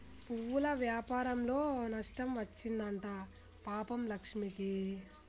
పువ్వుల వ్యాపారంలో నష్టం వచ్చింది అంట పాపం లక్ష్మికి